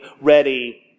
ready